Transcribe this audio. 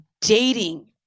dating